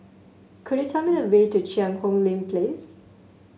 could you tell me the way to Cheang Hong Lim Place